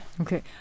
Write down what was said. Okay